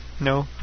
no